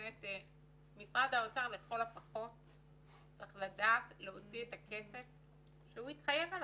משרד האוצר לכל הפחות צריך להוציא את הכסף שהוא התחייב עליו,